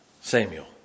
Samuel